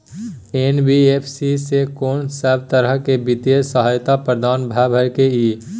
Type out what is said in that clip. NBFC स कोन सब तरह के वित्तीय सहायता प्रदान भ सके इ? इ